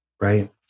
Right